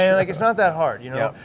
yeah like it's not that hard you know.